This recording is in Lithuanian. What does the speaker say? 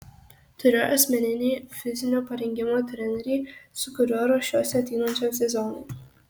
turiu asmeninį fizinio parengimo trenerį su kuriuo ruošiuosi ateinančiam sezonui